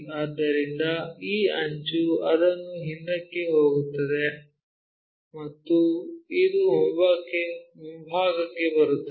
ಆದ್ದರಿಂದ ಈ ಅಂಚು ಅದನ್ನು ಹಿಂದಕ್ಕೆ ಹೋಗುತ್ತದೆ ಮತ್ತು ಇದು ಮುಂಭಾಗಕ್ಕೆ ಬರುತ್ತದೆ